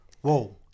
whoa